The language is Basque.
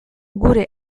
gure